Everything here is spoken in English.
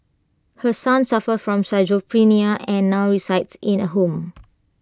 her son suffers from schizophrenia and now resides in A home